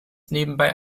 nebenbei